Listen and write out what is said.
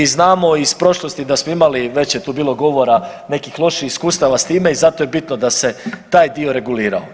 Znamo iz prošlosti da smo imali, već je tu bilo govora, nekih loših iskustava sa time i zato je bitno da se taj dio regulirao.